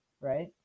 right